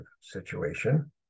situation